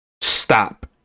stop